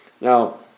Now